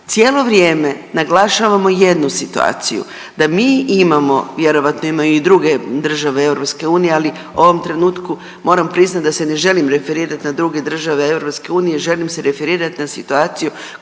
Cijelo vrijeme naglašavamo jednu situaciju da mi imamo vjerojatno imaju i druge države EU ali u ovom trenutku moram priznati da se ne želim referirati na druge države EU, želim se referirati na situaciju